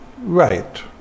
Right